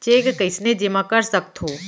Cheque कईसने जेमा कर सकथो?